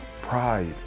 pride